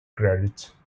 credits